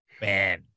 Man